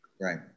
right